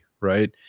right